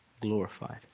glorified